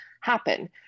happen